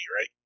right